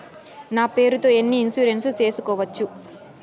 నా పేరుతో ఎన్ని ఇన్సూరెన్సులు సేసుకోవచ్చు?